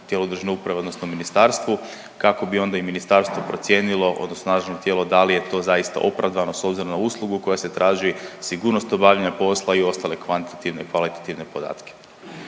tijelu državne uprave odnosno ministarstvu kako bi onda i ministarstvo procijenilo odnosno nadležno tijelo da li je to zaista opravdano s obzirom na uslugu koja se traži, sigurnost obavljanja posla i ostale kvantitativne i kvalitativne podatke.